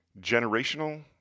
Generational